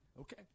Okay